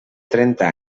trenta